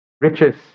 Riches